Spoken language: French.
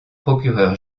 procureur